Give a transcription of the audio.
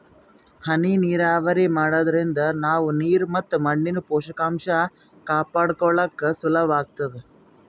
ಹನಿ ನೀರಾವರಿ ಮಾಡಾದ್ರಿಂದ ನಾವ್ ನೀರ್ ಮತ್ ಮಣ್ಣಿನ್ ಪೋಷಕಾಂಷ ಕಾಪಾಡ್ಕೋಳಕ್ ಸುಲಭ್ ಆಗ್ತದಾ